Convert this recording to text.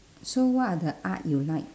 so what are the art you like